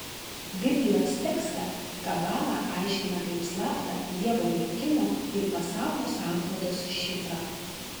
biblijos tekstą kabala aiškina kaip slaptą dievo veikimo ir pasaulio sanklodos šifrą